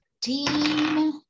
Team